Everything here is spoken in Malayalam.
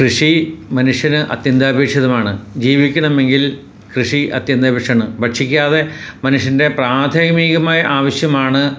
കൃഷി മനുഷ്യന് അത്യന്താപേക്ഷിതമാണ് ജീവിക്കണമെങ്കിൽ കൃഷി അത്യന്താപേക്ഷിതമാണ് ഭക്ഷിക്കാതെ മനുഷ്യന്റെ പ്രാഥമികമായ ആവശ്യമാണ്